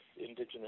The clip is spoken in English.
Indigenous